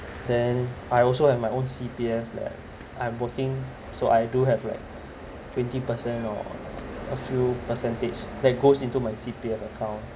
then I also have my own C_P_F leh I'm working so I do have like twenty percent or a few percentage that goes into my C_P_F account